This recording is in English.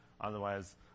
Otherwise